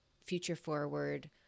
future-forward